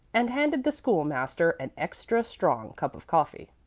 and handed the school-master an extra strong cup of coffee.